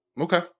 Okay